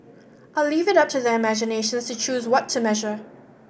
I'll leave it up to their imaginations to choose what to measure